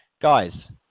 Guys